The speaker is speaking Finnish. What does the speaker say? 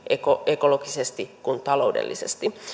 ekologisesti kuin taloudellisestikin kestävälle pohjalle